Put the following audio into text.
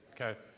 Okay